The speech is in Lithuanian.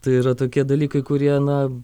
tai yra tokie dalykai kurie na